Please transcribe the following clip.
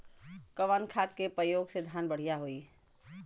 कवन खाद के पयोग से धान बढ़िया होई?